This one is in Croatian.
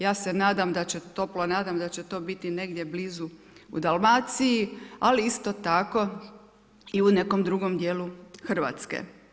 Ja se nadam da će, toplo nadam da će to biti negdje blizu u Dalmaciji, ali isto tako i u nekom drugom dijelu Hrvatske.